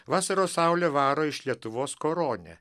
vasaros saulė varo iš lietuvos koronę